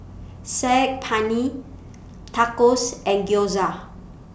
Saag Paneer Tacos and Gyoza